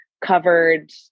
covered